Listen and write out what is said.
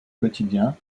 quotidien